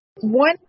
one